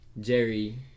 Jerry